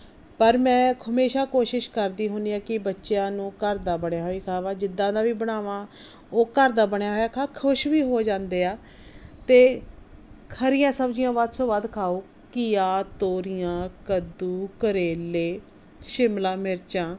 ਪਰ ਮੈਂ ਹਮੇਸ਼ਾ ਕੋਸ਼ਿਸ਼ ਕਰਦੀ ਹੁੰਦੀ ਹਾਂ ਕਿ ਬੱਚਿਆਂ ਨੂੰ ਘਰ ਦਾ ਬਣਿਆ ਹੋਇਆ ਹੀ ਖਿਲਾਵਾਂ ਜਿੱਦਾਂ ਦਾ ਵੀ ਬਣਾਵਾਂ ਉਹ ਘਰ ਦਾ ਬਣਿਆ ਹੋਇਆ ਖਾ ਖੁਸ਼ ਵੀ ਹੋ ਜਾਂਦੇ ਆ ਅਤੇ ਹਰੀਆਂ ਸਬਜ਼ੀਆਂ ਵੱਧ ਤੋਂ ਵੱਧ ਖਾਓ ਘੀਆ ਤੋਰੀਆਂ ਕੱਦੂ ਕਰੇਲੇ ਸ਼ਿਮਲਾ ਮਿਰਚਾਂ